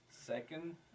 second